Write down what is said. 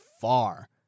far